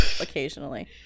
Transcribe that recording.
occasionally